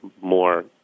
more